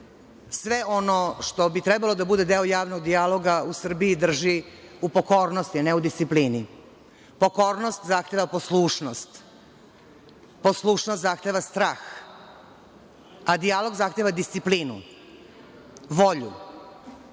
sve ono što bi trebalo da bude javnog dijaloga u Srbiji drži u pokornosti, a ne u disciplini. Pokornost zahteva poslušnost, poslušnost zahteva strah, a dijalog zahteva disciplinu, volju,